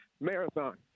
marathon